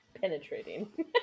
Penetrating